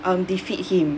um defeat him